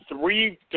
three